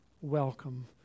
Welcome